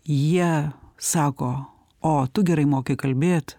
jie sako o tu gerai moki kalbėt